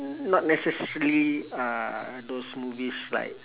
not necessarily uh those movies about